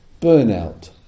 burnout